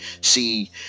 See